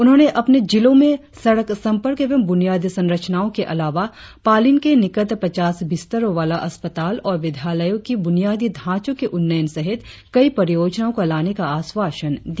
उन्होंने अपने जिले में सड़क संपर्क एवं ब्रनियादी संरचनाओं के अलावा पालिन के निकट पचास बिस्तरो वाला अस्पताल और विद्यालयों की बुनियादी ढांचों के उन्नयन सहित कई योजनाओं को लाने का आश्वासन दिया